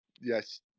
yes